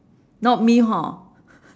not me hor